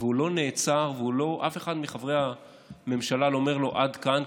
והוא לא נעצר ואף אחד מחברי הממשלה לא אומר לו: עד כאן,